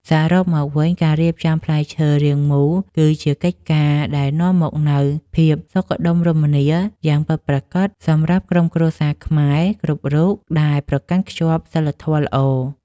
សរុបមកវិញការរៀបចំតែផ្លែឈើរាងមូលគឺជាកិច្ចការដែលនាំមកនូវភាពសុខដុមរមនាយ៉ាងពិតប្រាកដសម្រាប់គ្រួសារខ្មែរគ្រប់រូបដែលប្រកាន់ខ្ជាប់សីលធម៌ល្អ។